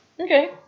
Okay